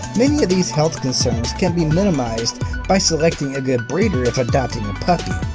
many of these health concerns can be minimized by selecting a good breeder if adopting a puppy.